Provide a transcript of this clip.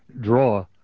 draw